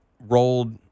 rolled